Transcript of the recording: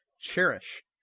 cherish